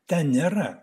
ten nėra